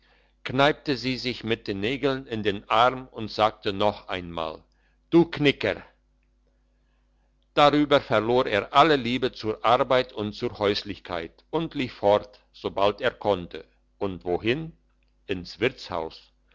kneipte sie sich mit den nägeln in den arm und sagte noch einmal du knicker darüber verlor er alle liebe zur arbeit und zur häuslichkeit und lief fort sobald er konnte und wohin ins wirtshaus